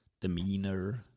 demeanor